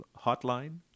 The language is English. hotline